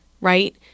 right